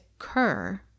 occur